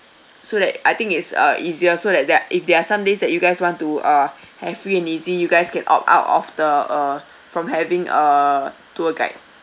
so that I think it's uh easier so that that if there are some days that you guys want to uh have free and easy you guys can opt out of the uh from having a tour guide